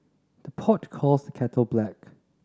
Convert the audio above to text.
the pot calls the kettle black